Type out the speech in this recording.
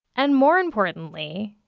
and more importantly,